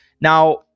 Now